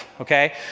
okay